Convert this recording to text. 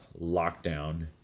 lockdown